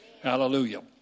Hallelujah